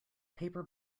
paper